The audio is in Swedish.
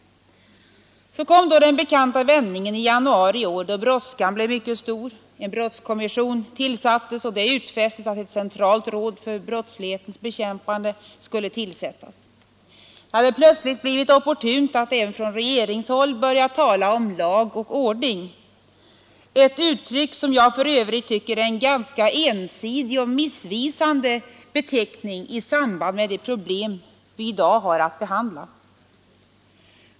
Så kom då den bekanta vändningen i januari i år, då brådskan blev mycket stor. En brottskommission tillsattes, och man utfäste sig att inrätta ett centralt råd för brottslighetens bekämpande. Det hade plötsligt blivit opportunt, även från regeringshåll, att börja tala om lag och ordning — ett uttryck som jag för övrigt tycker är en ganska ensidig och missvisande beteckning i samband med de problem vi i dag har att behandla.